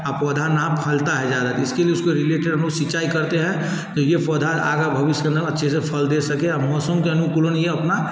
पौधा ना फैलता है ज़्यादा इसके लिए उसको रिलेटेड हम लोग सिंचाई करते हैं कि ये पौधा आगे भविष्य के अंदर में अच्छे से फल दे सके मौसम के अनुकूलन यह अपना